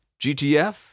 GTF